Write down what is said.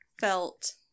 felt